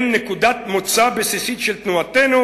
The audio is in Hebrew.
הם נקודת מוצא בסיסית של תנועתנו,